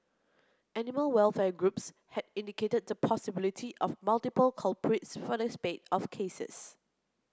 animal welfare groups had indicated the possibility of multiple culprits for the spate of cases